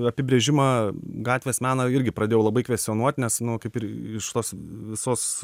apibrėžimą gatvės meną irgi pradėjau labai kvestionuot nes nu kaip ir iš tos visos